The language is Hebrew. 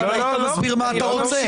אם היית מסביר מה אתה רוצה.